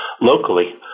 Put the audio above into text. locally